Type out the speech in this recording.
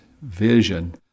vision